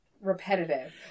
repetitive